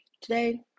today